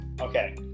Okay